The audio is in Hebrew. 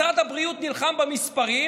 משרד הבריאות נלחם במספרים,